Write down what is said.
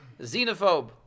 xenophobe